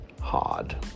hard